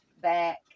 back